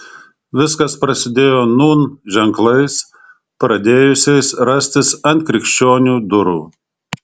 viskas prasidėjo nūn ženklais pradėjusiais rastis ant krikščionių durų